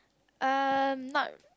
uh not